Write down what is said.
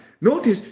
Notice